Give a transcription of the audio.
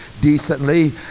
decently